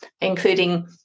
including